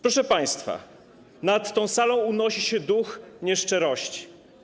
Proszę państwa, nad tą salą unosi się duch nieszczerości.